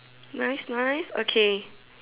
nice nice okay